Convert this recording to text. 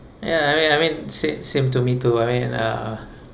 ya I mean I mean same same to me too I mean uh